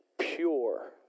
pure